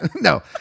No